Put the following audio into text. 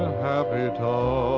happy times.